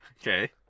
Okay